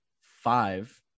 five